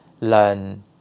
learn